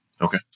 Okay